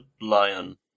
lion